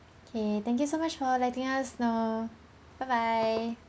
okay thank you so much for letting us know bye bye